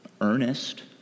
earnest